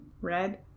Red